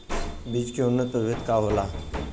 बीज के उन्नत प्रभेद का होला?